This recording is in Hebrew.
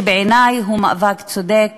שבעיני הוא מאבק צודק